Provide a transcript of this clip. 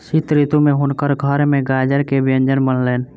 शीत ऋतू में हुनकर घर में गाजर के व्यंजन बनलैन